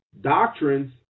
doctrines